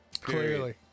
Clearly